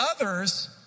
others